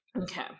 Okay